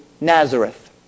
Nazareth